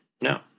no